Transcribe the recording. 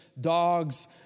dogs